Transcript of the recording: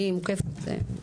אני מוקפת.